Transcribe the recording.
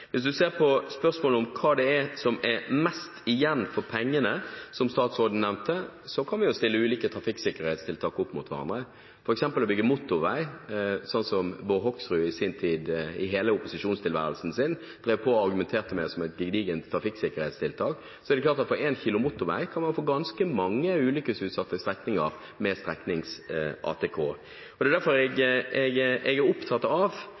Hvis man ser på spørsmålet om hva som gir mest igjen for pengene, som statsråden nevnte, kan vi jo stille ulike trafikksikkerhetstiltak opp mot hverandre – f.eks. å bygge motorvei, sånn som Bård Hoksrud i sin tid i hele sin opposisjonstilværelse drev på og argumenterte for som et gedigent trafikksikkerhetstiltak. Så er det klart at for 1 km motorvei kan man få ganske mange ulykkesutsatte strekninger med streknings-ATK. Det er derfor jeg er opptatt av